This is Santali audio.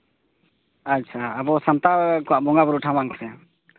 ᱟᱪᱪᱷᱟ ᱟᱵᱚ ᱥᱟᱱᱛᱟᱲ ᱠᱚᱣᱟᱜ ᱵᱚᱸᱜᱟᱼᱵᱩᱨᱩ ᱴᱷᱟᱶ ᱵᱟᱝ ᱥᱮ